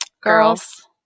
Girls